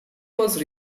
was